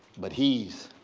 but he's